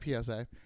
PSA